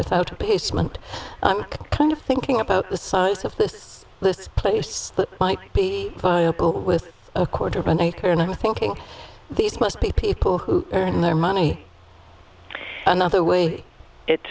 without a basement i'm kind of thinking about the size of this place that might be viable with a quarter of an acre and i'm thinking these must be people who earn their money another way